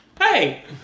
Hey